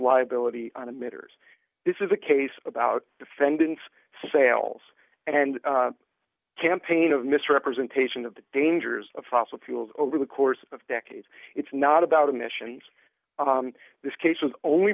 liability on emitters this is a case about defendant's sales and campaign of misrepresentation of the dangers of fossil fuels over the course of decades it's not about emissions this case was only